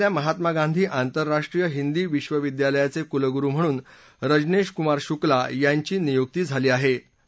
वर्धा श्वेल्या महात्मा गांधी आंतरराष्ट्रीय हिंदी विश्वविद्यालयाचे कुलगुरु म्हणून रजनेश कुमार शुक्ला यांची नियुक्ती झाली आहे